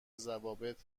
ضوابط